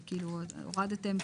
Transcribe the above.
את זה הורדתם.